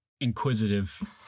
inquisitive